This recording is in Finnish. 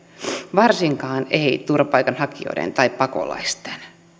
varsinkaan turvapaikanhakijoiden tai pakolaisten